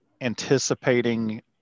anticipating